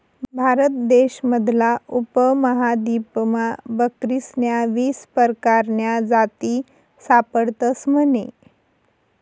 भारत देश मधला उपमहादीपमा बकरीस्न्या वीस परकारन्या जाती सापडतस म्हने